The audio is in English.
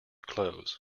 clothes